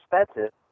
expensive